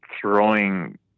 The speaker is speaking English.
throwing